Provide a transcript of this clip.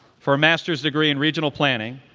for a master's degree in regional planning,